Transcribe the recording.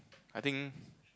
I think